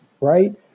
right